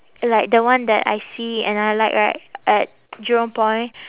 like the one that I see and I like right at jurong point